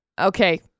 Okay